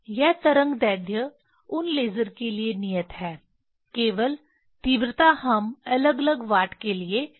यह तरंगदैर्ध्य उन लेज़र के लिए नियत है केवल तीव्रता हम अलग अलग वाट के लिए बदल सकते हैं